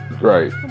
Right